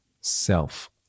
self